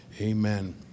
amen